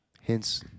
Hence